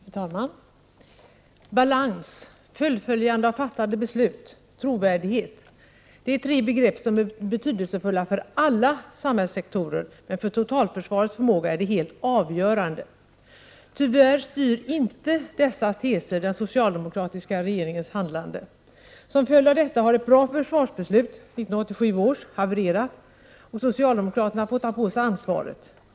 Fru talman! Balans, fullföljande av fattade beslut, trovärdighet, det är tre begrepp som är betydelsefulla för alla samhällssektorer, men för totalförsvarets förmåga är de helt avgörande. Tyvärr styr dessa teser inte den socialdemokratiska regeringens handlande. Som följd av detta har ett bra försvarsbeslut, 1987 års, havererat, och socialdemokraterna får ta på sig ansvaret.